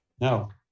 no